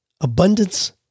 abundance